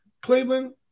Cleveland